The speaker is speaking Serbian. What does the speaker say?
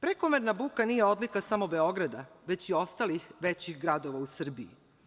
Prekomerna buka nije odlika samo Beograda, već i ostalih većih gradova u Srbiji.